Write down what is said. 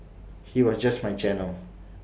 he was just my channel